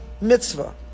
mitzvah